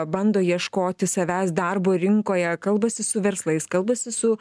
bando ieškoti savęs darbo rinkoje kalbasi su verslais kalbasi su